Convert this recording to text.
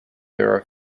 their